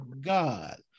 God